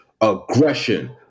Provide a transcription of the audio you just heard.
aggression